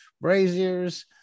braziers